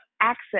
access